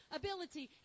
ability